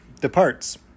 departs